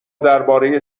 درباره